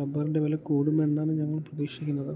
റബ്ബറിൻ്റെ വില കൂടുമെന്നാണ് ഞങ്ങൾ പ്രതീക്ഷിക്കുന്നത്